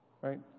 Right